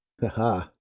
Haha